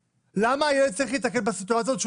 למה הילד צריך להיתקל בסיטואציה הזאת שהוא